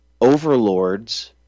overlords